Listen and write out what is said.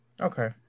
Okay